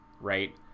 right